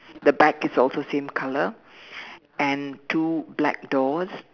the back is also same color and two black doors